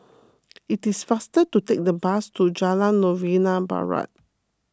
it is faster to take the bus to Jalan Novena Barat